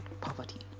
poverty